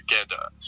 together